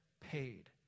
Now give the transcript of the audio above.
paid